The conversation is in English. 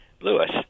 Lewis